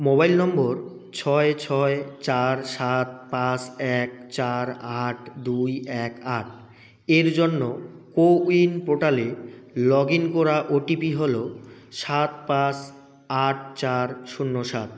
mobile নম্বর ছয় ছয় চার সাত পাঁশ এক চার আট দুই এক আট এর জন্য কো উইন পোর্টালে লগ ইন করা ওটিপি হলো সাত পাঁচ আট চার শূন্য সাত